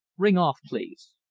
ring off, please!